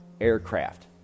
aircraft